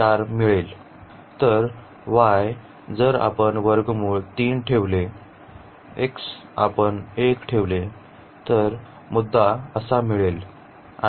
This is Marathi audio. तर y जर आपण ठेवले x आपण 1 ठेवले तर मुद्दा असा मिळेल